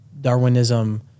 Darwinism